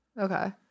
Okay